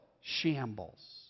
shambles